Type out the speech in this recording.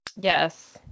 Yes